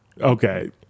Okay